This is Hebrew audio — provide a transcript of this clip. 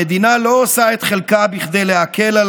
המדינה לא עושה את חלקה כדי להקל על